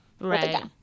Right